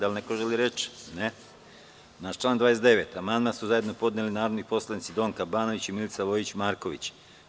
Da li neko želi reč? (Ne) Na član 29. amandman su zajedno podneli narodni poslanici Donka Banović i Milica Vojić Marković.